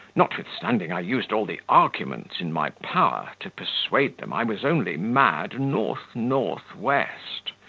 notwithstanding i used all the arguments in my power to persuade them i was only mad north-north-west,